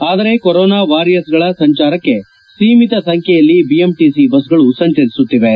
ಆದರೆ ಕೊರೊನಾ ವಾರಿಯರ್ಸ್ಗಳ ಸಂಚಾರಕ್ಕೆ ಸೀಮಿತ ಸಂಚ್ಯೆಯಲ್ಲಿ ಬಿಎಂಟಿಸಿ ಬಸ್ಗಳು ಸಂಚರಿಸುತ್ತಿವೆ